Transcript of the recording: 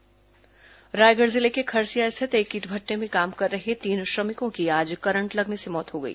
current मौत रायगढ़ जिले के खरसिया स्थित एक ईट भट्टे में काम कर रहे तीन श्रमिकों की आज करंट लगने से मौत हो गई